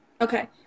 Okay